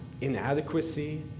inadequacy